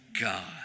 God